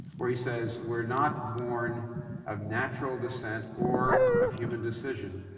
where he says, we're not born of natural descent or of human decision,